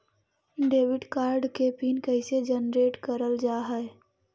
Debit card के pin कैसे generate करल जाहै?